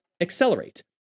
accelerate